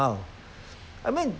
ah ch~ ch~ children